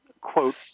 quote